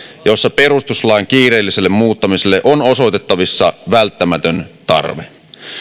jossa perustuslain kiireelliselle muuttamiselle on osoitettavissa välttämätön tarve